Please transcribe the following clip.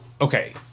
okay